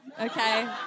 Okay